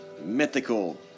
mythical